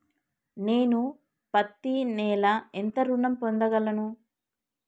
నేను పత్తి నెల ఎంత ఋణం పొందగలను?